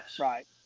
Right